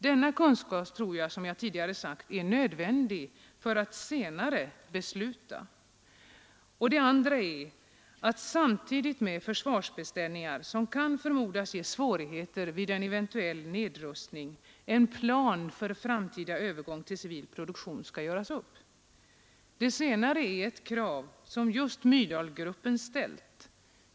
Denna kunskap tror jag — som jag tidigare sagt — är nödvändig för ett senare beslut. Den andra åtgärden är att samtidigt med försvarsbeställningar, som kan förmodas ge svårigheter vid en eventuell nedrustning, en plan för framtida övergång till civil produktion görs upp. Det senare är ett krav som Myrdalgruppen ställt.